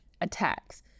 attacks